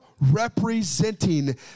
representing